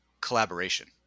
collaboration